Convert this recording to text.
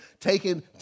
taken